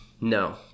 No